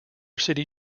city